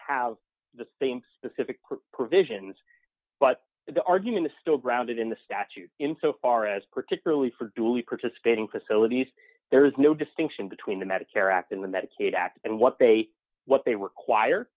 have the same specific provisions but the argument is still grounded in the statute in so far as particularly for duly participating facilities there is no distinction between the medicare act and the medicaid act and what they what they require